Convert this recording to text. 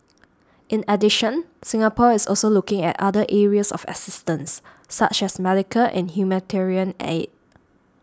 in addition Singapore is also looking at other areas of assistance such as medical and humanitarian aid